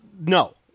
no